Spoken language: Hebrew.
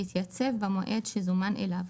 יתייצב במועד שזומן אליו.